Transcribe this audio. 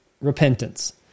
repentance